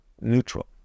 neutral